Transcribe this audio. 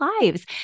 lives